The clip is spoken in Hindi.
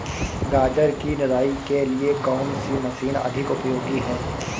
गाजर की निराई के लिए कौन सी मशीन अधिक उपयोगी है?